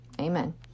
amen